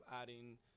adding –